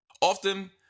often